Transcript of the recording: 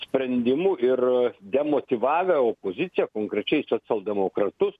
sprendimų ir demotyvavę opoziciją konkrečiai socialdemokratus